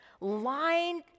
lying